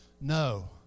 No